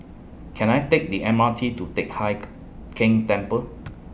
Can I Take The M R T to Teck Hai Keng Temple